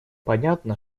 понятно